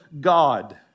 God